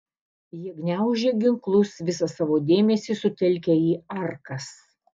jie gniaužė ginklus visą savo dėmesį sutelkę į arkas